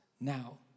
now